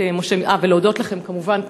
כמובן,